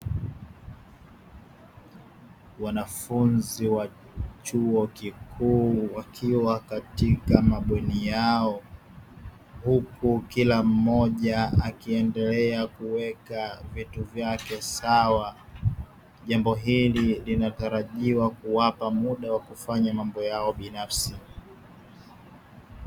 Wanafunzi wa chuo kikuu wakiwa katika mabweni yao huku kila mmoja akiendelea kuweka vitu vyake sawa, jambo hili lina tarajiwa kuwapa muda wa kufanya mambo yao binafsi.